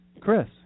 Chris